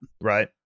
right